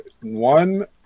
One